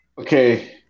Okay